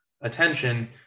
attention